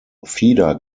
feeder